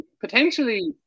potentially